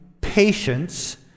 patience